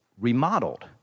remodeled